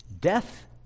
Death